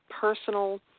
personal